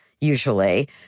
usually